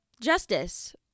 justice